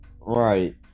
right